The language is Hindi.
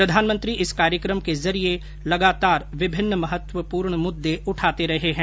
प्रधानमंत्री इस कार्यक्रम के जरिए लगातार विभिन्न महत्वपूर्ण मुद्दे उठाते रहे हैं